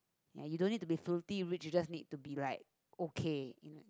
ya you don't need to be filthy rich you just need to be like okay you know